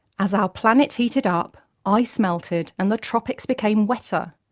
as our planet heated up, ice melted and the tropics became wetter.